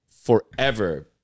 forever